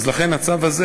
לכן הצו הזה,